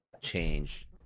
change